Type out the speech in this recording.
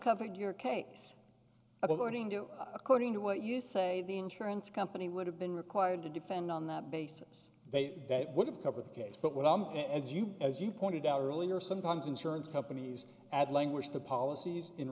covered your case according to you according to what you say the insurance company would have been required to defend on that basis they would have covered the case but what i'm as you as you pointed out earlier sometimes insurance companies add language to policies in